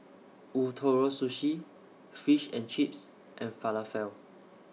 Ootoro Sushi Fish and Chips and Falafel